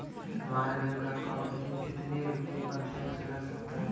हमारे bank account में कितने रुपये पर टैक्स लग सकता है?